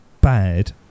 bad